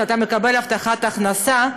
שאתה מקבל הבטחת הכנסה.